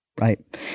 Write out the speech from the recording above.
right